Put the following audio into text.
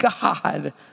God